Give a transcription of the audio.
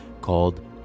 called